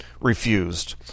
refused